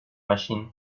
machine